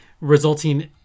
resulting